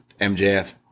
MJF